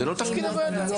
זה לא תפקיד הוועדה.